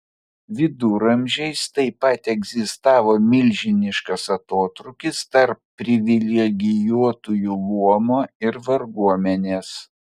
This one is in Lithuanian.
viduramžiais taip pat egzistavo milžiniškas atotrūkis tarp privilegijuotųjų luomo ir varguomenės